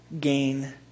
gain